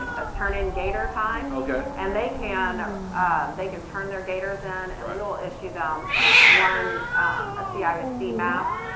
and ah turn in gaiter time. okay. and they can they can turn their gaiters in and we will issue them one a so ah cisd mask.